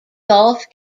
golf